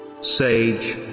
sage